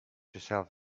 yourself